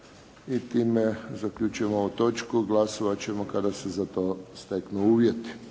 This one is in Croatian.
Zaključujem ovu točku. Glasovat ćemo kada se za to steknu uvjeti.